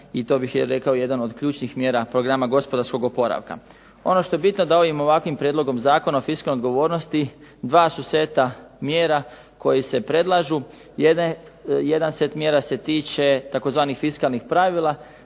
i to bih rekao jedan od ključnih mjera Programa gospodarskog oporavka. Ono što je bitno, da ovim ovakvim Prijedlogom zakona o fiskalnoj odgovornosti dva su seta mjera koji se predlažu. Jedan set mjera se tiče tzv. fiskalnih pravila,